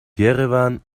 jerewan